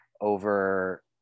over